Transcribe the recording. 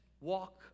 walk